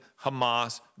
Hamas